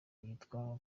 yitwa